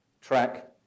track